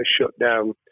shutdown